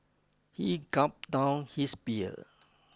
he gulped down his beer